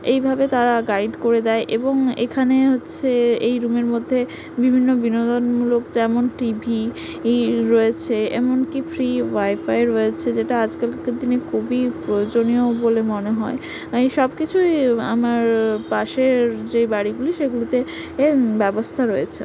এইভাবে তারা গাইড করে দেয় এবং এখানে হচ্ছে এই রুমের মধ্যে বিভিন্ন বিনোদনমূলক যেমন টি ভি রয়েছে এমনকি ফ্রি ওয়াইফাই রয়েছে যেটা আজকালকার দিনে খুবই প্রয়োজনীয় বলে মনে হয় এই সব কিছুই আমার পাশের যে বাড়িগুলি সেগুলিতে এ ব্যবস্থা রয়েছে